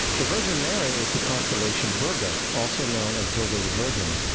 the virgin mary is the constellation virgo, also known as virgo the virgin.